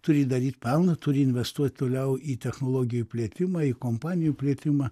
turi daryt pelną turi investuot toliau į technologijų plėtimą į kompanijų plėtimą